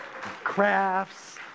Crafts